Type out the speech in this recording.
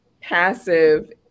passive